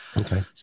Okay